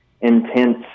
intense